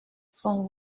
son